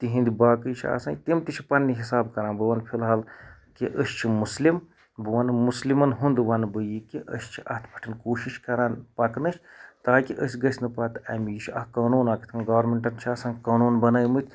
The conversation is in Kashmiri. تِہُنٛد باقٕے چھِ آسان تِم تہِ چھِ پَننہِ حِساب کَران بہٕ وَنہٕ فِلحال کہِ أسۍ چھِ مُسلِم بہِ وَنہٕ مُسلِمَن ہُنٛد وَنہٕ بہٕ یہِ کہِ أسۍ چھِ اَتھ پیٹھ کوٗشِس کَران پَکنٕچ تاکہِ أسۍ گٔژھۍ نہٕ پَتہٕ امہِ یہِ چھُ اکھ قونوٗن اکھ گارمینٹَس چھُ آسان قونوٗن بَنٲے مٕتۍ